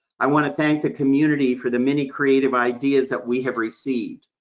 i wanna thank the community for the many creative ideas that we have received.